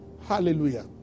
Hallelujah